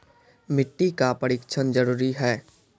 मिट्टी का परिक्षण जरुरी है?